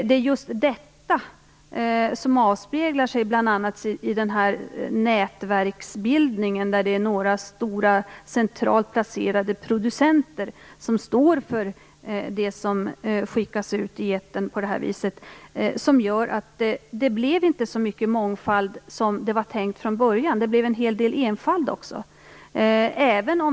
Det är just detta som avspeglar sig bl.a. i nätverksbildningen där det är några stora centralt placerade producenter som står för det som skickas ut i etern. Det gör att det inte blir så mycket mångfald som det var tänkt från början, det blir en hel del enfald också.